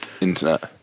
internet